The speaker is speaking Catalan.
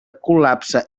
col·lapse